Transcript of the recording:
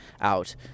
out